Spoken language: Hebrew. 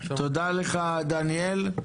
תודה לך דניאל.